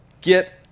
Get